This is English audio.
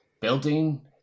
Building